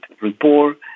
report